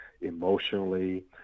emotionally